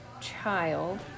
child